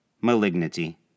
malignity